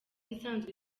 isanzwe